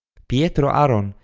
pietro aaron,